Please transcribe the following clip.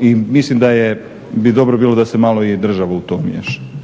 i mislim da bi dobro bilo da se malo i država u to umiješa.